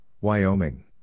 Wyoming